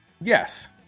Yes